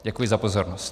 Děkuji za pozornost.